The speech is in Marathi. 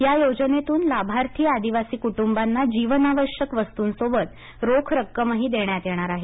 या योजनेतून लाभार्थी आदिवासी कुटुंबांना जीवनावश्यक वस्तूंसोबत रोख रक्कमही देण्यात येणार आहे